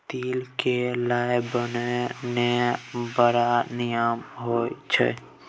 तिल क लाय बनाउ ने बड़ निमन होए छै